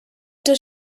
does